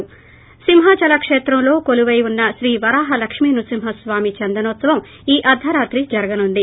ి సింహాచల కేత్రంలో కొలువై ఉన్న శ్రీ వరాహ లక్ష్మీ నృసింహ స్వామి చందనోత్పవం ఈ అర్థరాత్రి జరగనుంది